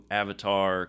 avatar